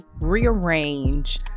rearrange